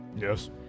Yes